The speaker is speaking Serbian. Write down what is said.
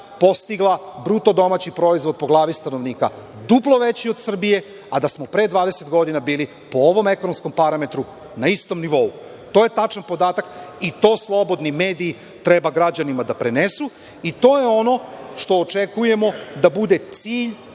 postigla BDP po glavi stanovnika, duplo veći od Srbije, a da smo pre 20 godina bili po ovom ekonomskom parametru na istom nivou. To je tačan podatak i to slobodni mediji treba građanima da prenesu i to je ono što očekujemo da bude cilj